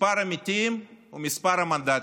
מספר המתים ומספר המנדטים.